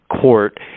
court